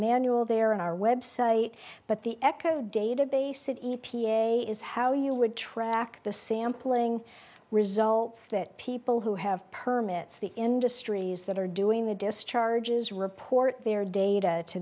manual there on our website but the echo database and a p a is how you would track the sampling results that people who have permits the industries that are doing the discharges report their data to